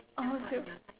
almost do it